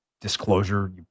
disclosure